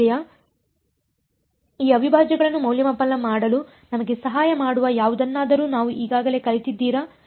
ನಮ್ಮಲ್ಲಿದೆಯಾ ಈ ಅವಿಭಾಜ್ಯಗಳನ್ನು ಮೌಲ್ಯಮಾಪನ ಮಾಡಲು ನಮಗೆ ಸಹಾಯ ಮಾಡುವ ಯಾವುದನ್ನಾದರೂ ನಾವು ಈಗಾಗಲೇ ಕಲಿತಿದ್ದೀರಾ